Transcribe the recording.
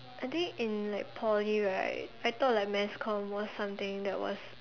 I think in like Poly right I thought like mass com was something that was